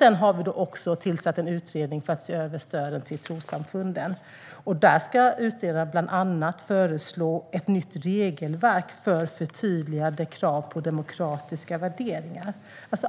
Vi har också tillsatt en utredning för att se över stöden till trossamfunden. Utredaren ska bland annat föreslå ett nytt regelverk för förtydligade krav på demokratiska värderingar.